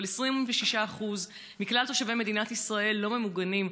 אבל 26% מכלל תושבי מדינת ישראל לא ממוגנים.